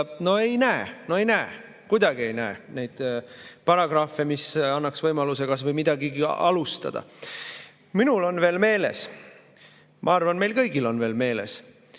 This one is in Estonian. Ei näe! Ei näe! Kuidagi ei näe neid paragrahve, mis annaks võimaluse kas või midagigi alustada. Minul on veel meeles – ma arvan, et meil kõigil on veel meeles